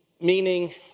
Meaning